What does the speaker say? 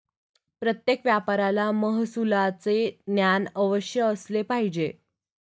प्रत्येक व्यापाऱ्याला महसुलाचे ज्ञान अवश्य असले पाहिजे